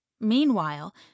Meanwhile